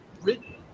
written